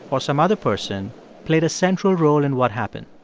or some other person played a central role in what happened.